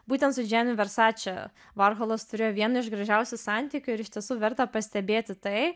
būtent su gianni versace varholas turėjo vieną iš gražiausių santykių ir iš tiesų verta pastebėti tai